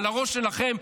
על הראש שלכם,